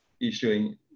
issuing